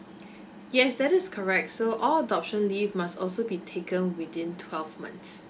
yes that is correct so all adoption leave must also be taken within twelve months